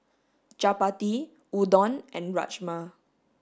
chapati udon and Rajma